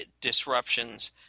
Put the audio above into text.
disruptions